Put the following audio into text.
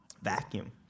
vacuum